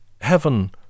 Heaven